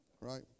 Right